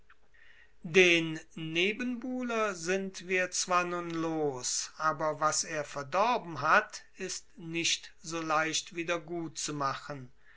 den nebenbuhler sind wir zwar nun los aber was er verdorben hat ist nicht so leicht wiedergutzumachen